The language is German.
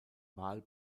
val